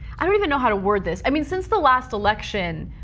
i don't even know how to word this. i mean, since the last election,